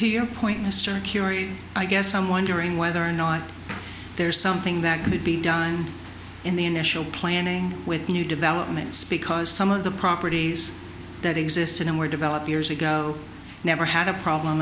to your point mr curie i guess i'm wondering whether or not there's something that could be done in the initial planning with new developments because some of the properties that existed and were developed years ago never had a problem